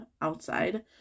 outside